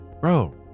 bro